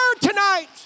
tonight